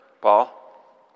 Paul